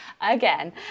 again